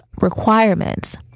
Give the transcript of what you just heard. requirements